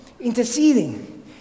interceding